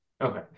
Okay